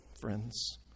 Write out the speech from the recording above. friends